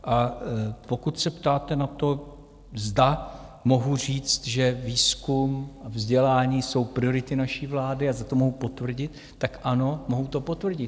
A pokud se ptáte na to, zda mohu říct, že výzkum a vzdělání jsou priority naší vlády a zda to mohu potvrdit, tak ano, mohu to potvrdit.